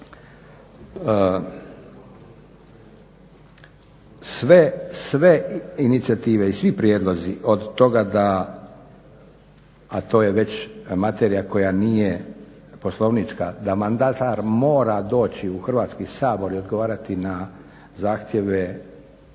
Sve inicijative i svi prijedlozi od toga da, a to je već materija koja nije poslovnička, da mandatar mora doći u Hrvatski sabor i odgovarati na zahtjeve